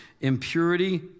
impurity